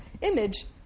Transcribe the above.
image